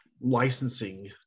licensing